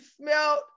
smelled